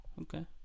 Okay